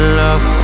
love